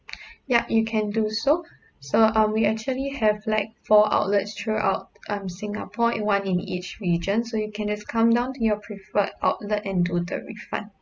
yup you can do so so uh we actually have like four outlets throughout um singapore in one in each region so you can just come down to your preferred outlet and do the refund